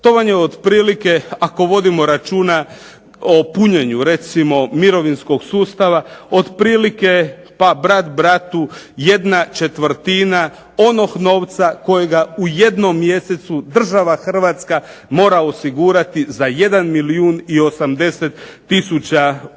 To vam je otprilike ako vodimo računa o punjenju recimo mirovinskog sustava otprilike pa brat bratu jedna četvrtina onog novca kojega u jednom mjesecu država Hrvatska mora osigurati za jedan milijun i osamdeset